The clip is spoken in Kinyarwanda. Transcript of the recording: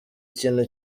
ikintu